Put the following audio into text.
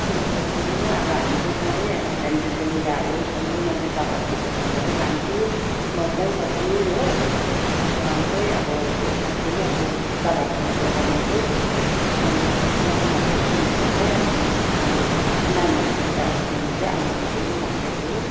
हुन्छ होइन अब हामी त सधैँ अब फ्यामिलीको लुगाहरू सधैँ मैले तपाईँहरूको दोकानबाटै लान्छु वर्षै पछि हो र चाहिँ अब यसपालि पनि अब तपाईँहरूको दोकानमा चाहिँ डिस्काउन्ट आएको छ भन्ने सुनेर चाहिँ अब म डिस्काउन्ट नानीहरूको लुगाहरू किन्नु चाहिँ आउनु पर्यो भन्दैछु